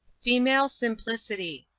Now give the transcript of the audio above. female simplicity.